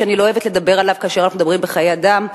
שאני לא אוהבת לדבר עליו כאשר אנחנו מדברים בחיי אדם,